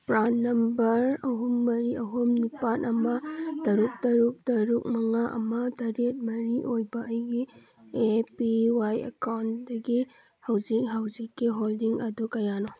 PRAN number ꯑꯍꯨꯝ ꯃꯔꯤ ꯑꯍꯨꯝ ꯅꯤꯄꯥꯜ ꯑꯃ ꯇꯔꯨꯛ ꯇꯔꯨꯛ ꯇꯔꯨꯛ ꯃꯉꯥ ꯑꯃ ꯇꯔꯦꯠ ꯃꯔꯤ ꯑꯣꯏꯕ ꯑꯩꯒꯤ ꯑꯦ ꯄꯤ ꯋꯥꯏ ꯑꯦꯀꯥꯎꯟꯗꯒꯤ ꯍꯧꯖꯤꯛ ꯍꯧꯖꯤꯛꯀꯤ ꯍꯣꯜꯗꯤꯡ ꯑꯗꯨ ꯀꯌꯥꯅꯣ